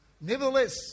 Nevertheless